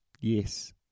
yes